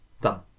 Done